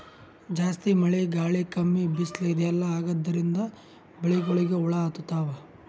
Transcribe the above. ಜಾಸ್ತಿ ಮಳಿ ಗಾಳಿ ಕಮ್ಮಿ ಬಿಸ್ಲ್ ಇದೆಲ್ಲಾ ಆಗಾದ್ರಿಂದ್ ಬೆಳಿಗೊಳಿಗ್ ಹುಳಾ ಹತ್ತತಾವ್